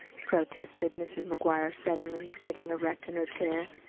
protested mrs. mcguire, suddenly sitting erect in her chair.